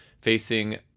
facing